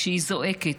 כשהיא זועקת.